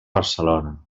barcelona